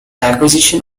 acquisition